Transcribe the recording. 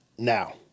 Now